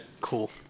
Cool